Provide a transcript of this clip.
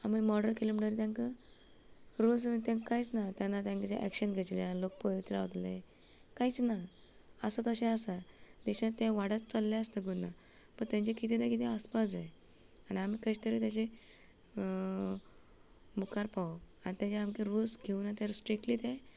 आमी मर्डर केले म्हणटगीर तेंका रुल्स आनी ताका कांयच ना तेंन्ना ताका तें एक्शन करचें आसले लोक पळयत रावतलें कांयच ना आसा तशें आसा पेशांत तें वाडत चल्ले आसता केन्ना पण तेंचे किदें ना किदें आसपाक जाय आनी आमी कशें तरी तेजें मुखार पावोवप आनी तेजें आमकां रुल्स घेवना तें स्ट्रिकली तें